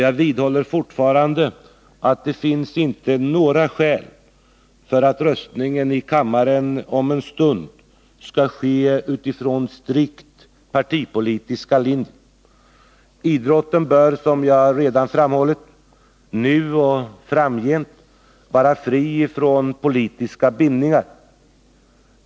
Jag vidhåller fortfarande att det inte finns några skäl för att röstningen i kammaren om en stund skall ske ifrån strikt partipolitiska linjer. Idrotten bör, som jag redan framhållit, nu och framgent vara fri ifrån politiska bindningar.